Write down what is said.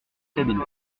cabinet